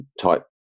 type